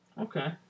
Okay